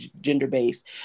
gender-based